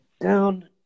down